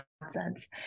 nonsense